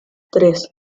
tres